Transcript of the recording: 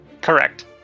Correct